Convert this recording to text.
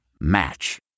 Match